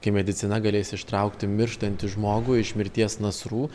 kai medicina galės ištraukti mirštantį žmogų iš mirties nasrų